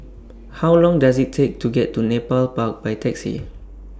How Long Does IT Take to get to Nepal Park By Taxi